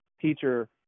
teacher